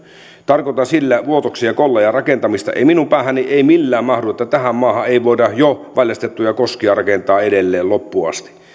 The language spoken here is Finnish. tarkoitan sillä vuotoksen ja kollajan rakentamista minun päähäni ei millään mahdu että tässä maassa ei voida jo valjastettuja koskia rakentaa edelleen loppuun asti